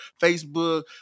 Facebook